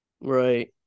Right